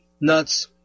nuts